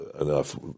enough